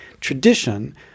tradition